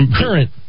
current